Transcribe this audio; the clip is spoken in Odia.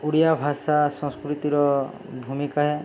ଓଡ଼ିଆ ଭାଷା ସଂସ୍କୃତିର ଭୂମିକା